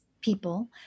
people